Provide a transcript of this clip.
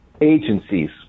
agencies